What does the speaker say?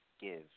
give